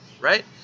right